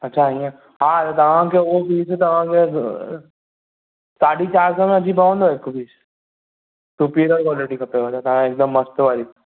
अच्छा हीअं हा तव्हांखे उहो पीस तव्हांखे साढी चारि सौ में अची पवंदो हिकु पीस सुपिरियर क्वालिटी खपे त तव्हां हिकदमि मस्तु वारी